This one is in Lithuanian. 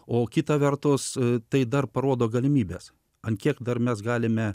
o kita vertus tai dar parodo galimybes ant kiek dar mes galime